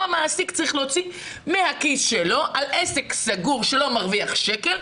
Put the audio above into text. המעסיק צריך להוציא מהכיס שלו על עסק סגור שלא מרוויח שקל,